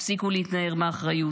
הפסיקו להתנער מאחריות.